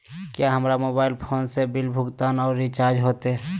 क्या हमारा mobile phone से बिल भुगतान और रिचार्ज होते?